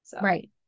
Right